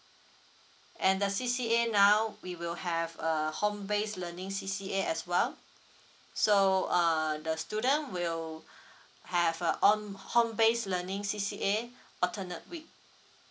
and the C_C_A now we will have a home based learning C_C_A as well so err the student will have a own home based learning C_C_A alternate week